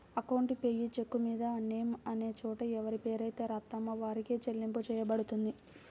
account payee చెక్కుమీద name అనే చోట ఎవరిపేరైతే రాత్తామో వారికే చెల్లింపు చెయ్యబడుతుంది